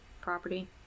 property